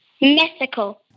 Mythical